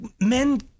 men